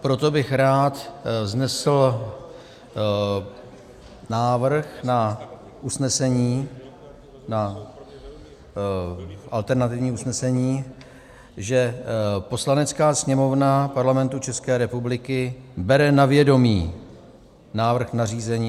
Proto bych rád vznesl návrh na usnesení, na alternativní usnesení, že Poslanecká sněmovna Parlamentu České republiky bere na vědomí návrh na zřízení atd.